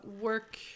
work